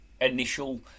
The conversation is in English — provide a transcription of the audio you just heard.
initial